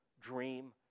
dream